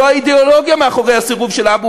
זאת האידיאולוגיה מאחורי הסירוב של אבו